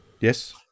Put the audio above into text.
Yes